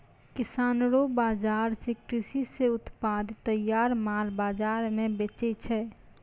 किसानो रो बाजार से कृषि से उत्पादित तैयार माल बाजार मे बेचै छै